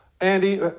Andy